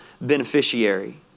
beneficiary